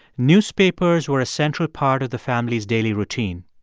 newspapers were a central part of the family's daily routine.